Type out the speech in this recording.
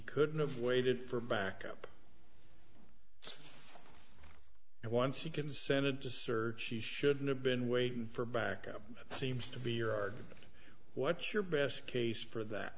couldn't have waited for backup and once he consented to search she shouldn't have been waiting for backup seems to be your argument what's your best case for that